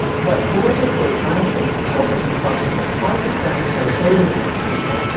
but politically, i think it was almost impossible. how could clemenceau say to the french people,